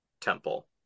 temple